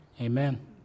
Amen